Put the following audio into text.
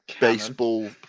baseball